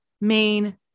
main